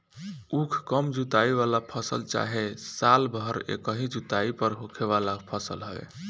उख कम जुताई वाला फसल चाहे साल भर एकही जुताई पर होखे वाला फसल हवे